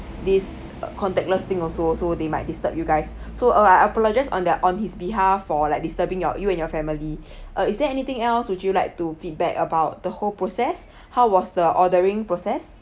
this contactless thing also so they might disturb you guys so uh I apologize on their on his behalf for like disturbing your you and your family uh is there anything else would you like to feedback about the whole process how was the ordering process